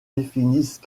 définissent